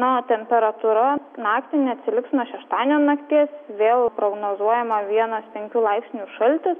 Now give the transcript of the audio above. na o temperatūra naktį neatsiliks nuo šeštadienio nakties vėl prognozuojama vienas penkių laipsnių šaltis